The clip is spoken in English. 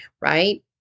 right